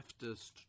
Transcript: leftist